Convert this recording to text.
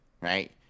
right